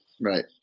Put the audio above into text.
Right